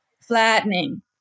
flattening